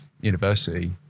university